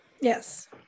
Yes